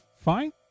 fine